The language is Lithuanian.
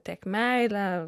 tiek meilę